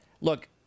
look